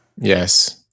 Yes